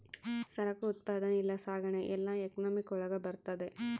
ಸರಕು ಉತ್ಪಾದನೆ ಇಲ್ಲ ಸಾಗಣೆ ಎಲ್ಲ ಎಕನಾಮಿಕ್ ಒಳಗ ಬರ್ತದೆ